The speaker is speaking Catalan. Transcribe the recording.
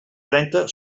trenta